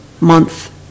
month